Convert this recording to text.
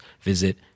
visit